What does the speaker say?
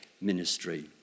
ministry